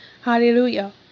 Hallelujah